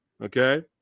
Okay